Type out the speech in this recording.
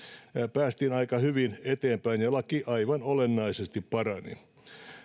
päästiin aika hyvin eteenpäin ja laki aivan olennaisesti parani